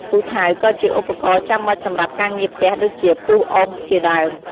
ពូថៅក៏ជាឧបករណ៍ចាំបាច់សម្រាប់ការងារផ្ទះដូចជាពុះអុស ជាដើម។